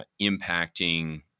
impacting